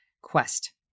quest